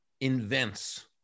invents